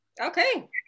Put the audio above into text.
Okay